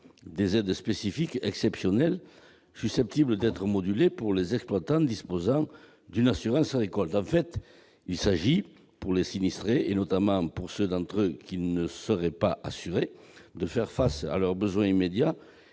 des aides spécifiques exceptionnelles, susceptibles d'être modulées pour les exploitants disposant d'une assurance récolte : il s'agit en fait de permettre aux sinistrés, notamment à ceux d'entre eux qui ne seraient pas assurés, de faire face à leurs besoins immédiats